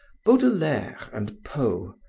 baudelaire and poe,